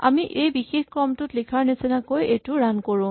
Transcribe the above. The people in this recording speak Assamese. আমি এই বিশেষ ক্ৰমটোত লিখাৰ নিচিনাকৈ এইটো ৰান কৰো